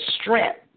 strength